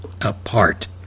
apart